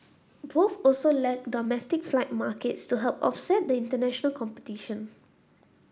both also lack domestic flight markets to help offset the international competition